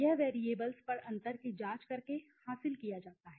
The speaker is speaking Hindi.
यह वैरिएबल्स पर अंतर की जांच करके हासिल किया जाता है